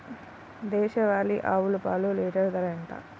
దేశవాలీ ఆవు పాలు లీటరు ధర ఎంత?